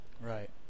Right